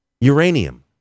Uranium